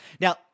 Now